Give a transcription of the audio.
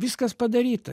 viskas padaryta